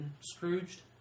Scrooged